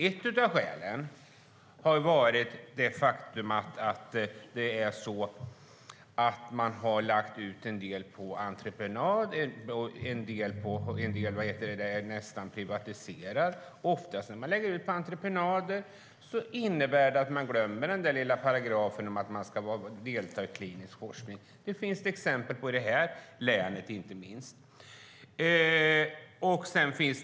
Ett av skälen är att man har lagt ut en del på entreprenad och att en del nästan har blivit privatiserad. Oftast när man lägger ut något på entreprenad glömmer man den lilla paragrafen om att delta i klinisk forskning. Det finns det exempel på inte minst i det här länet.